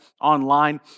online